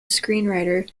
screenwriter